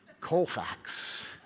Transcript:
Colfax